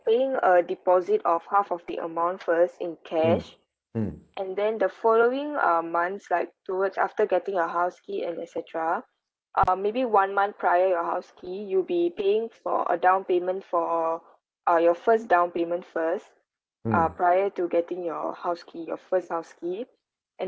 paying a deposit of half of the amount first in cash and then the following uh months like towards after getting your house key and etcetera uh maybe one month prior your house key you'll be paying for a down payment for uh your first down payment first uh prior to getting your house key your first house key and